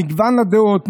מגוון הדעות,